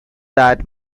that